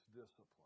discipline